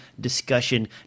discussion